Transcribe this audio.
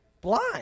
blind